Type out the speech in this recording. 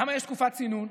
למה יש תקופת צינון?